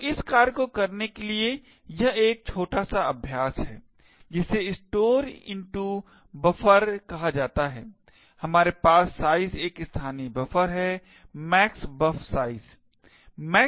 तो इस कार्य को करने के लिए यह एक छोटा सा अभ्यास है जिसे store into buffer कहा जाता है हमारे पास size का एक स्थानीय बफर है max buf size